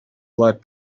let